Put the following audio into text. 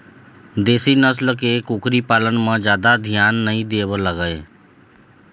देशी नसल के कुकरी पालन म जादा धियान नइ दे बर लागय